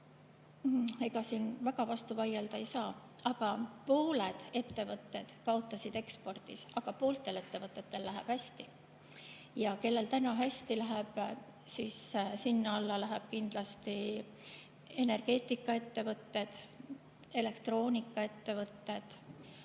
siin väga vastu vaielda ei saa. Pooled ettevõtted kaotasid ekspordis, aga pooltel ettevõtetel läheb hästi. Ja kellel täna hästi läheb? Sinna alla lähevad kindlasti energeetikaettevõtted, elektroonikaettevõtted,